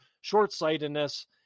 short-sightedness